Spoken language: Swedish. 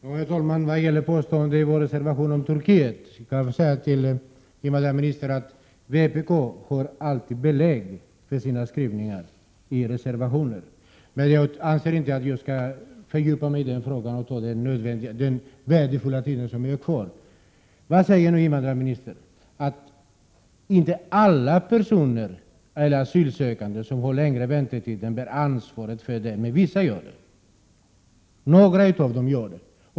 Herr talman! Vad gäller påståendet i vår reservation om Turkiet kan jag säga till invandrarministern att vpk alltid har belägg för sina skrivningar i reservationer. Men jag vill inte fördjupa mig i den frågan under den korta och värdefulla taletid som jag har kvar. Invandrarministern säger nu att inte alla asylsökande med långa väntetider bär ansvaret för det men att vissa gör det.